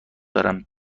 دارم